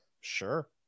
Sure